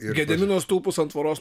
gedimino stulpus ant tvoros